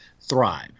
Thrive